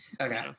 Okay